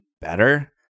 better